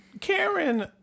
Karen